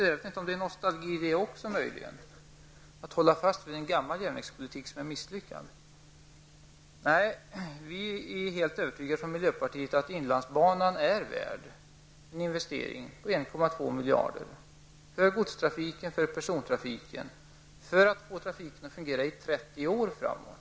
Möjligen är det också litet nostalgi att hålla fast vid en gammaljärnvägspolitik som är misslyckad. Vi från miljöpartiet är helt övertygade om att inlandsbanan är värd en investering på 1,2 miljarder för godstrafiken och för persontrafiken för att få trafiken att fungera i 30 år framåt.